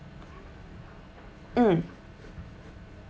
mm